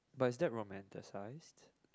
but is that romantacised